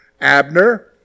Abner